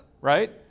right